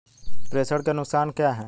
प्रेषण के नुकसान क्या हैं?